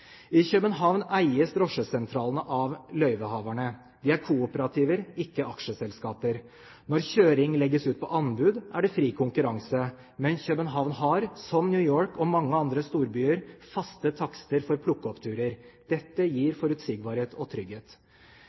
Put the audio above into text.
I København eies drosjesentralene av løyvehaverne, de er kooperativer, ikke aksjeselskaper. Når kjøring legges ut på anbud, er det fri konkurranse. Men København har, som New York og mange andre storbyer, faste takster for plukkoppturer. Dette gir forutsigbarhet og trygghet.